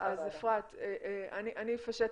אז, אפרת, אני אפשט.